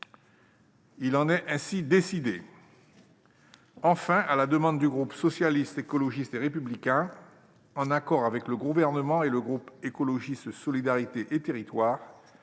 Il en est ainsi décidé. Enfin, à la demande du groupe Socialiste, Écologiste et Républicain, en accord avec le Gouvernement et le groupe Écologiste- Solidarités et territoires,